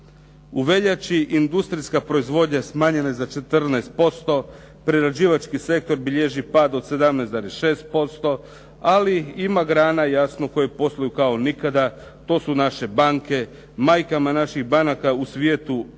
U veljači industrijska proizvodnja smanjena je za 14%, prerađivački sektor bilježi pad od 17,6%, ali ima grana koje posluju kao nikada, to su naše banke. Majkama naših banaka u svijetu opada